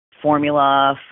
formula